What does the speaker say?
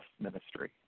ministry